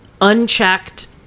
unchecked